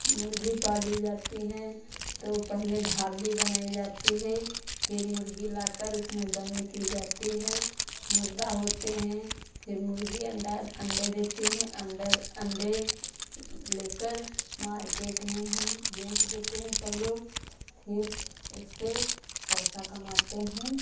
मुर्गी पाली जाती हैं तो पहले ढाबली बनाई जाती है फिर मुर्गी लाकर उसमें बंद की जाती है मुर्गा होते हैं फिर मुर्गी अंडा अंडे देते हैं अंदर अंडे लेकर मार्केट में हम बेच देते हैं सब लोग फिर उससे पैसा कमाते हैं